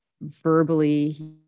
verbally